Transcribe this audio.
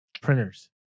printers